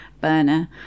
burner